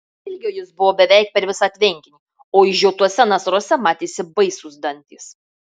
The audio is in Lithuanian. ilgio jis buvo beveik per visą tvenkinį o išžiotuose nasruose matėsi baisūs dantys